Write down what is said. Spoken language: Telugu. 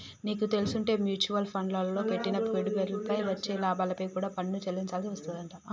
నీకు తెల్సుంటే మ్యూచవల్ ఫండ్లల్లో పెట్టిన పెట్టుబడిపై వచ్చే లాభాలపై కూడా పన్ను చెల్లించాల్సి వత్తదంట